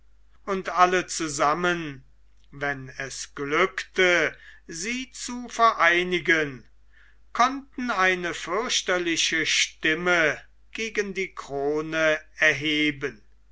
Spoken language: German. und alle zusammen wenn es glückte sie zu vereinigen konnten eine fürchterliche stimme gegen die krone erheben